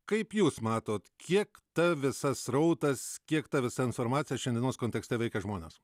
kaip jūs matot kiek ta visa srautas kiek ta visa informacija šiandienos kontekste veikia žmones